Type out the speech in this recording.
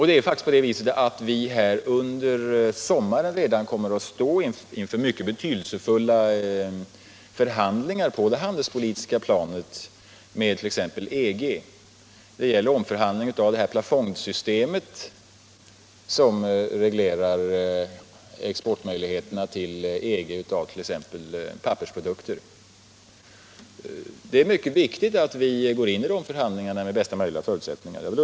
Det är faktiskt på det viset att vi redan under sommaren kommer att ställas inför mycket betydande förhandlingar på det handelspolitiska planet med t.ex. EG —- det gäller en omförhandling om plafondsystemet, som reglerar exportmöjligheterna till EG av exempelvis pappersprodukter. Jag vill understryka att det är mycket viktigt att vi går in i dessa förhandlingar med bästa möjliga förutsättningar.